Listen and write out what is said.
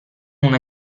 una